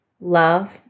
love